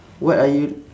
what are you